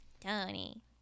Tony